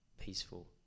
peaceful